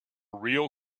real